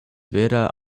vera